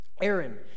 Aaron